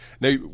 Now